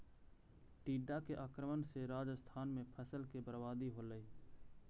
टिड्डा के आक्रमण से राजस्थान में फसल के बर्बादी होलइ